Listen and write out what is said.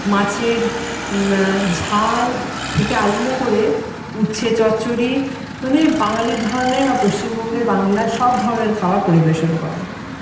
মাছের ঝাল থেকে আরম্ভ করে উচ্ছে চচ্চড়ি মানে বাঙালি ধরনের বা পশ্চিমবঙ্গের বাংলার সব ধরনের খাবার পরিবেশন করে